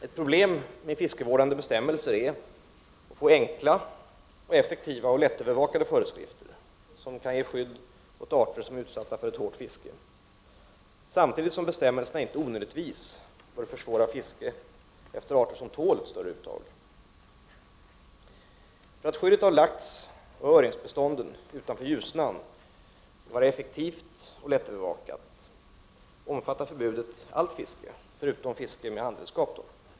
Ett problem med fiskevårdande bestämmelser är att få enkla, effektiva och lättövervakade föreskrifter som ger skydd åt arter som är utsatta för ett hårt fiske. Men samtidigt bör bestämmelserna inte onödigtvis försvåra fiske efter arter som tål ett större uttag. För att skyddet av laxoch öringsbestånden utanför Ljusnans mynning skall vara effektivt och lättövervakat omfattar förbudet allt fiske, förutom fiske med handredskap.